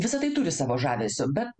visa tai turi savo žavesio bet